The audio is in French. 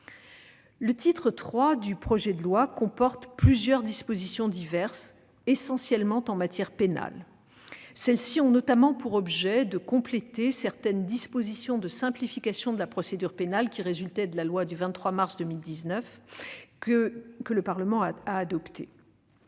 Le titre III du projet de loi comporte plusieurs dispositions diverses, essentiellement en matière pénale. Celles-ci ont notamment pour objet de compléter certaines dispositions de simplification de la procédure pénale, qui résultaient de la loi du 23 mars 2019. À la suite